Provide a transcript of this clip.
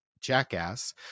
jackass